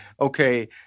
okay